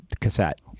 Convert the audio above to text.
cassette